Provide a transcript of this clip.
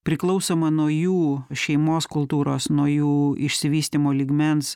priklausomą nuo jų šeimos kultūros nuo jų išsivystymo lygmens